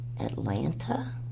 Atlanta